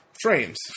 frames